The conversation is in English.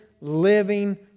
living